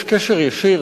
יש קשר ישיר,